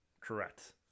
Correct